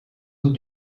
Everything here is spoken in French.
eaux